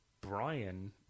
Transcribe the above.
Brian